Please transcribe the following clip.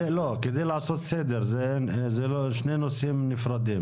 כדי לעשות סדר אלה שני נושאים נפרדים.